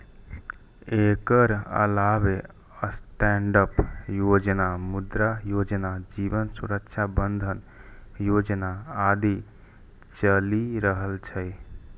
एकर अलावे स्टैंडअप योजना, मुद्रा योजना, जीवन सुरक्षा बंधन योजना आदि चलि रहल छै